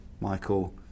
michael